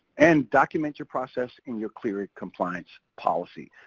and document your process in your clery compliance policy.